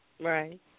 Right